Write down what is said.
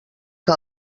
que